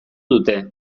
dute